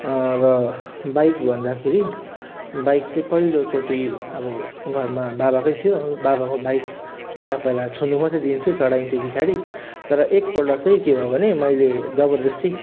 र बाइक भन्दाखेरि बाइक चाहिँ पहिलोचोटि अब घरमा बाबाकै थियो बाबाको बाइक पहिला पहिला छुनु मात्रै दिन्थ्यो चढाइन्थ्यो पछाडि तर एकपल्ट चाहिँ के भयो भने मैले जबरजस्ती